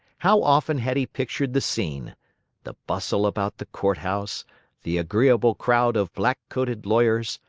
how often had he pictured the scene the bustle about the court house the agreeable crowd of black-coated lawyers,